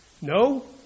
No